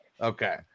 Okay